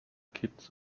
kitts